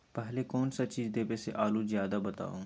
पहले कौन सा चीज देबे से आलू ज्यादा होती बताऊं?